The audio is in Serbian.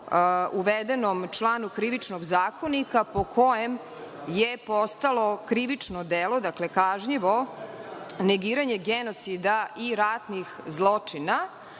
uvedenom članu Krivičnog zakonika po kojem je postalo krivično delo, dakle, kažnjivo, negiranje genocida i ratnih zločina,